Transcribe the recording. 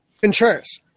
Contreras